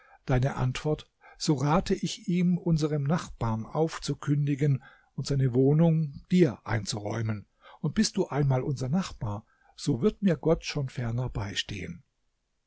deine antwort so rate ich ihm unserem nachbarn aufzukündigen und seine wohnung dir einzuräumen und bist du einmal unser nachbar so wird mir gott schon ferner beistehen